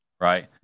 Right